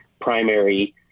primary